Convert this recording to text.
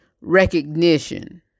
recognition